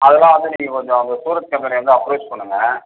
அதெல்லாம் வந்து நீங்கள் கொஞ்சம் அந்த சூரத் கம்பெனியை வந்து அப்ரோச் பண்ணுங்கள்